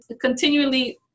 continually